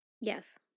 Yes